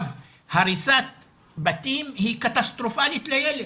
הריסת בתים היא קטסטרופלית לילד.